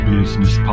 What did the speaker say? Business